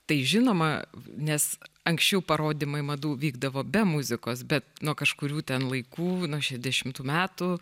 tai žinoma nes anksčiau parodymai madų vykdavo be muzikos bet nuo kažkurių ten laikų nuo šešiasdešimtų metų